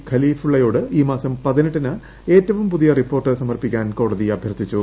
ഖലീഫുള്ളയോട് ഈ മാസപ്പിച്ച് ് ഏറ്റവും പുതിയ റിപ്പോർട്ട് സമർപ്പിക്കാൻ കോടതി അഭ്യർത്ഥിച്ചു